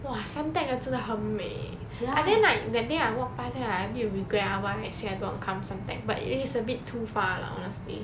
!wah! suntec 的真的很美 I think like that day I walk pass then I a bit regret ah why I say I don't want to come suntec but it's a bit too far lah honestly